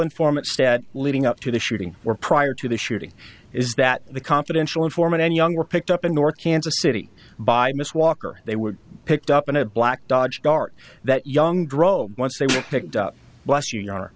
informant stat leading up to the shooting were prior to the shooting is that the confidential informant and young were picked up in north kansas city by miss walker they were picked up in a black dodge dart that young dro once they were picked up bus unio